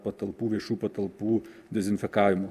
patalpų viešų patalpų dezinfekavimo